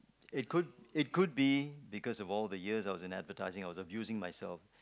it could it could be because of all the years I was in advertising I was abusing myself